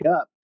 up